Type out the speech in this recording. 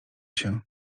się